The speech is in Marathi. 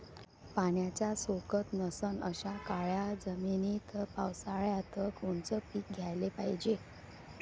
पाण्याचा सोकत नसन अशा काळ्या जमिनीत पावसाळ्यात कोनचं पीक घ्याले पायजे?